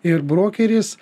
ir brokeris